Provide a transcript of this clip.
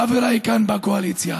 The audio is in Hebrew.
חבריי כאן בקואליציה